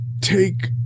take